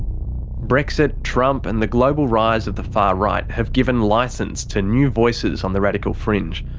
brexit, trump and the global rise of the far right have given licence to new voices on the radical fringe.